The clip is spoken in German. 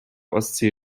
ostsee